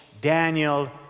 Daniel